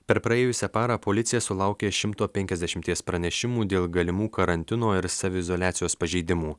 per praėjusią parą policija sulaukė šimto penkiasdešimties pranešimų dėl galimų karantino ir saviizoliacijos pažeidimų